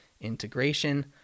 integration